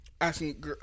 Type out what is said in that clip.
Asking